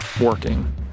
working